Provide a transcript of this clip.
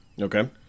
Okay